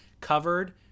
covered